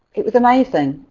it was amazing.